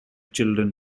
children